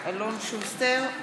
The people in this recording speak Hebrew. שוסטר,